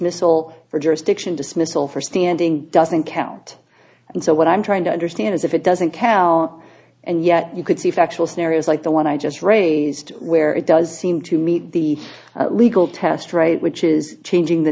missal for jurisdiction dismissal for standing doesn't count and so what i'm trying to understand is if it doesn't count and yet you could see factual scenarios like the one i just raised where it does seem to meet the legal test right which is changing the